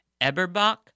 Eberbach